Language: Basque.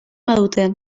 badute